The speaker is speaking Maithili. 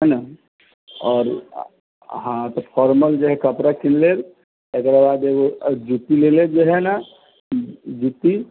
है न आओर हँ तऽ फॉर्मल जे है कपड़ा किन लेब ओकराबाद एगो जूती ले लेब जे है न जूती